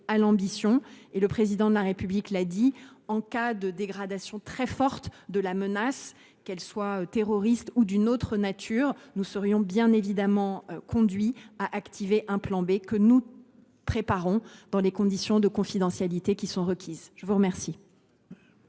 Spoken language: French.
ambition. Le Président de la République l’a dit : en cas d’accroissement très fort de la menace, qu’elle soit terroriste ou d’une autre nature, nous serions bien évidemment conduits à activer un plan B, que nous préparons dans les conditions de confidentialité requises. La parole